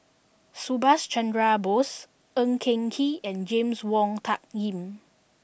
Subhas Chandra Bose Ng Eng Kee and James Wong Tuck Yim